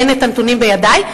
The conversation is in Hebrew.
הנתונים אינם בידי,